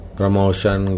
promotion